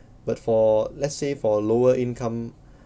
but for let's say for lower income